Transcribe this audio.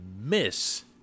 miss